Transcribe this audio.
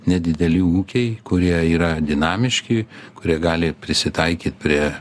nedideli ūkiai kurie yra dinamiški kurie gali prisitaikyt prie